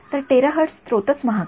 तर टेरहर्ट्ज स्रोतच महाग आहेत